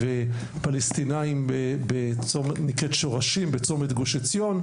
ופלסטינאים נקראת שורשים בצומת גוש עציון,